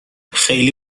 خیلی